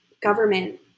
government